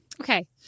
Okay